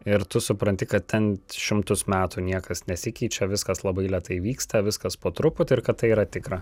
ir tu supranti kad ten šimtus metų niekas nesikeičia viskas labai lėtai vyksta viskas po truputį ir kad tai yra tikra